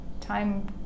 time